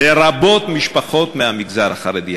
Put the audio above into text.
לרבות משפחות מהמגזר החרדי.